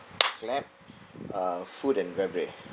clap uh food and beverage